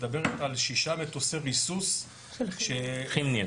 אלא מדברת על שישה מטוסי ריסוס של כימניר.